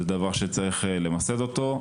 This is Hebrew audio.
צריך למסד את זה.